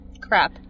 crap